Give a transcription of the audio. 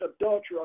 adultery